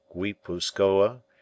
Guipuscoa